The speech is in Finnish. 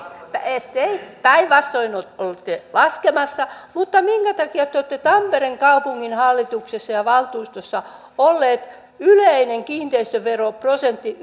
ei päinvastoin olette laskemassa minkä takia te olette olleet tampereen kaupunginhallituksessa ja valtuustossa sitä mieltä että yleinen kiinteistöveroprosentti